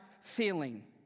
feeling